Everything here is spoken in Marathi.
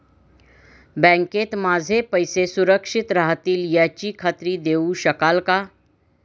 बँकेत माझे पैसे सुरक्षित राहतील याची खात्री देऊ शकाल का?